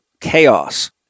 chaos